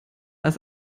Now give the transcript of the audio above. als